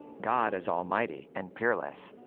god is almighty and peerless.